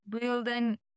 building